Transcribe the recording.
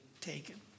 taken